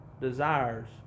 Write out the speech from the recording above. desires